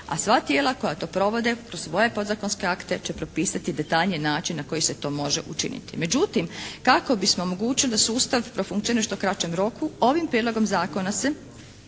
a sva tijela koja to provode kroz svoje podzakonske akte će propisati detaljniji način na koji se to može učiniti. Međutim, kako bismo omogućili da sustav profunkcionira u nešto kraćem roku ovim prijedlogom zakona se